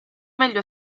meglio